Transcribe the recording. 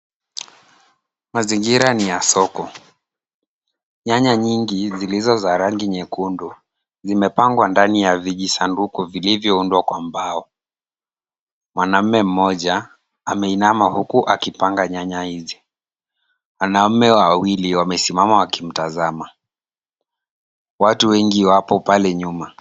Mazingira ni ya soko. Nyanya nyingi zilizo za rangi nyekundu zimepangwa ndani ya vijisanduku vilivyoundwa kwa mbao. Mwanamme mmoja, ameinama huku akipanga nyanya hizi. Wanaume wawili wamesimama wakimtazama. Watu wengi wapo pale nyuma.